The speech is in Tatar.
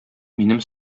минем